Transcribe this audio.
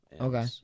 Okay